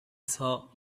saw